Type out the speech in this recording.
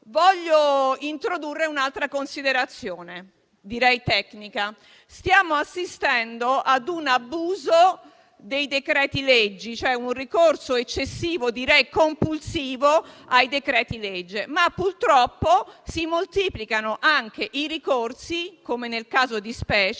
inoltre introdurre un'altra considerazione tecnica. Stiamo assistendo ad un abuso dei decreti-legge; vi si fa un ricorso eccessivo, direi compulsivo, ma purtroppo si moltiplicano anche i ricorsi, come nel caso di specie,